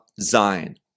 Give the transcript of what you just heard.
Zion